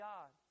God